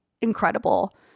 incredible